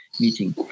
meeting